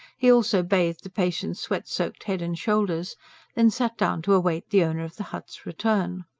he also bathed the patient's sweat-soaked head and shoulders then sat down to await the owner of the hut's return.